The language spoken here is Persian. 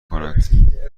کنند